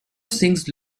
sings